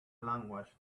language